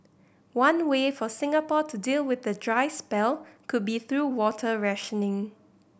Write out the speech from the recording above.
one way for Singapore to deal with the dry spell could be through water rationing